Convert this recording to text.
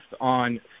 on